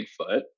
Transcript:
Bigfoot